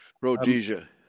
Rhodesia